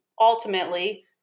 ultimately